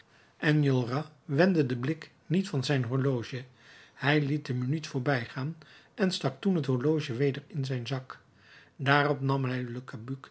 enjolras wendde den blik niet van zijn horloge hij liet de minuut voorbijgaan en stak toen het horloge weder in zijn zak daarop nam hij le